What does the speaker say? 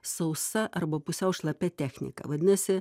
sausa arba pusiau šlapia technika vadinasi